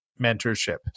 mentorship